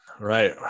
right